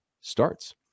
starts